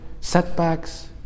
setbacks